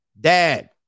dad